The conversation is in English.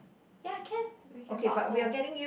ya can we can walk home